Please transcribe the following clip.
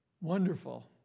Wonderful